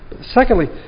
Secondly